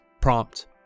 Prompt